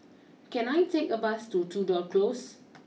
can I take a bus to Tudor close